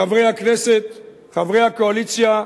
חברי הכנסת, חברי הקואליציה,